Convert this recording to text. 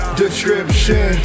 description